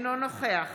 אינו נוכח